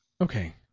Okay